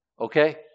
okay